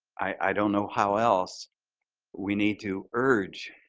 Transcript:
i don't know how else we need to urge.